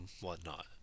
whatnot